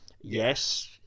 yes